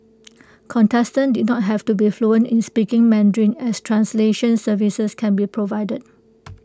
contestants did not have to be fluent in speaking Mandarin as translation services can be provided